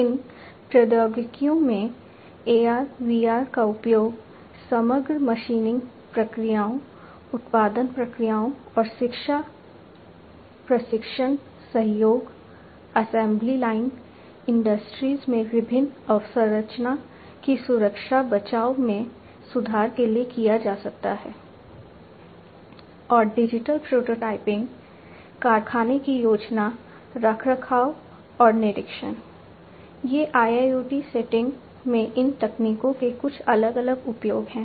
इन प्रौद्योगिकियों में AR VR का उपयोग समग्र मशीनिंग प्रक्रियाओं उत्पादन प्रक्रियाओं और शिक्षा प्रशिक्षण सहयोग असेंबली लाइन इंडस्ट्रीज कारखाने की योजना रखरखाव और निरीक्षण ये IIoT सेटिंग्स में इन तकनीकों के कुछ अलग अलग उपयोग हैं